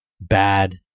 Bad